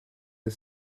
the